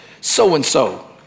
so-and-so